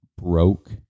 broke